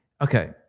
okay